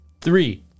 Three